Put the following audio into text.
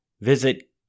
Visit